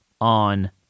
on